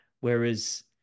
Whereas